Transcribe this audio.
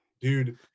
Dude